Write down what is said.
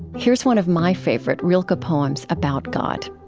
here's one of my favorite rilke poems about god